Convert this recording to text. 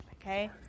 okay